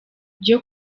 bwo